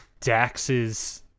Dax's